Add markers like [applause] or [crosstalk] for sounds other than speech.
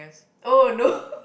oh no [laughs]